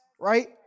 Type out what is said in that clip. right